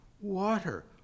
Water